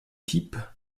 type